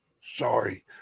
Sorry